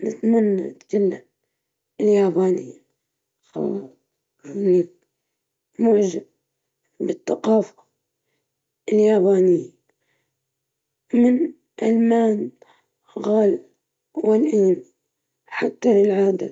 أتمنى أتحدث اللغة الفرنسية، لأنها لغة غنية بالثقافة والفنون، وتفتح لك أبواب جديدة للسفر